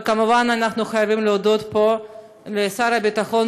וכמובן אנחנו חייבים להודות פה לשר הביטחון,